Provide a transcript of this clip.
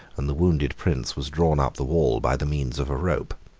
and the wounded prince was drawn up the wall by the means of a rope.